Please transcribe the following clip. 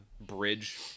bridge